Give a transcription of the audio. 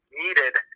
needed